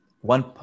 one